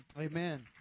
Amen